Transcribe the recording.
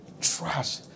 Trash